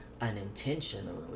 unintentionally